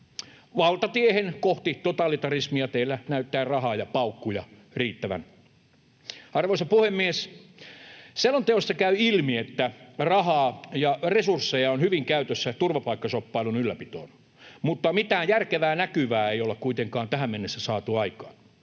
valtatiehen kohti totalitarismia teillä näyttää rahaa ja paukkuja riittävän. Arvoisa puhemies! Selonteosta käy ilmi, että rahaa ja resursseja on hyvin käytössä turvapaikkashoppailun ylläpitoon, mutta mitään järkevää näkyvää ei olla kuitenkaan tähän mennessä saatu aikaan.